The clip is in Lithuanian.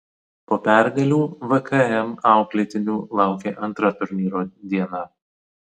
po pergalių vkm auklėtinių laukė antra turnyro diena